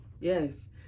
Yes